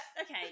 okay